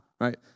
right